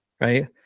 Right